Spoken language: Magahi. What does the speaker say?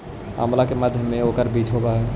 आंवला के मध्य में ओकर बीज होवअ हई